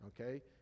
okay